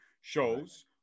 Shows